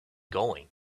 going